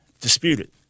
disputed